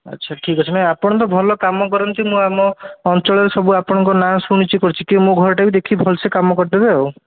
ଆଚ୍ଛା ଠିକ୍ ଅଛି ନାଇଁ ଆପଣ ତ ଭଲ କାମ କରନ୍ତି ମୁଁ ଆମ ଅଞ୍ଚଳରେ ସବୁ ଆପଣଙ୍କ ନାଁ ଶୁଣିଛି କରିଛି କି ମୋ ଘରଟା ବି ଦେଖିକି ଭଲ୍ସେ କାମ କରିଦେବେ ଆଉ